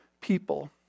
people